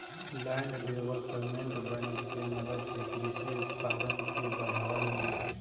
land development bank के मदद से कृषि उत्पादन के बढ़ावा मिली